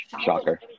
Shocker